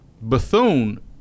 Bethune